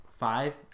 five